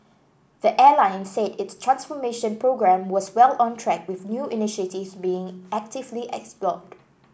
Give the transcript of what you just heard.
the airline said its transformation programme was well on track with new initiatives being actively explored